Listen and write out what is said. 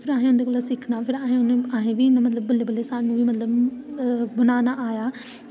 जेह्ड़ा असें उंदे कोला सिक्खना असें बी जेह्ड़ा बनाया बल्लें बल्लें ओह् स्हानू मतलब बनाना आया